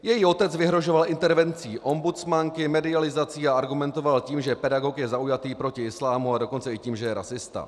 Její otec vyhrožoval intervencí ombudsmanky, medializací a argumentoval tím, že pedagog je zaujatý proti islámu, a dokonce i tím, že je rasista.